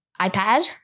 iPad